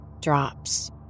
Drops